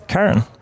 Karen